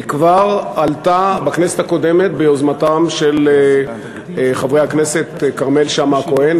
היא כבר עלתה בכנסת הקודמת ביוזמתם של חברי הכנסת כרמל שאמה-הכהן